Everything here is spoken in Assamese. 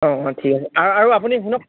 অঁ অঁ ঠিক আছে আৰু আপুনি শুনক